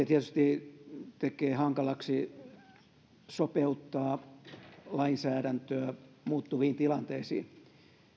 tietysti tekee hankalaksi sopeuttaa lainsäädäntöä muuttuviin tilanteisiin